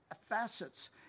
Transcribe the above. facets